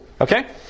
Okay